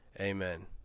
Amen